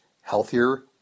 healthier